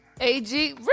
AG